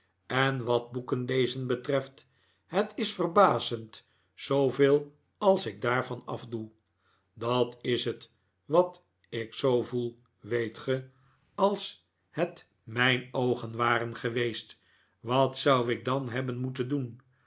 en wat boeken lezen betreft het is verbazend zooveel als ik daarvan afdoe dat is het wat ik zoo voel weet ge als het mijn oogen waren geweest wat zou ik dan hebben moeten doen